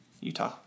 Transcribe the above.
Utah